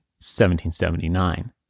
1779